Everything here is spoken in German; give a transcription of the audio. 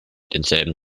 denselben